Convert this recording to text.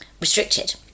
restricted